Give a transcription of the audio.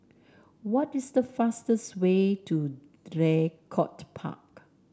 what is the fastest way to Draycott Park